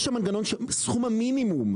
יש שם מנגנון של סכום המינימום,